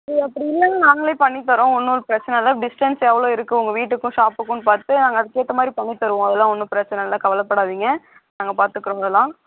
அப்படி இல்லைன்னா நாங்களே பண்ணித் தரோம் ஒன்றும் பிரச்சனை இல்லை டிஸ்டன்ஸ் எவ்வளோ இருக்கு உங்கள் வீட்டுக்கும் ஷாப்புக்குன்னு பார்த்து நாங்கள் அதுக்கு ஏற்ற மாதிரி பண்ணித் தருவோம் அதெல்லாம் ஒன்றும் பிரச்சனை இல்லை கவலைப்படாதீங்க நாங்கள் பார்த்துக்குறோங்க எல்லாம்